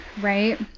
right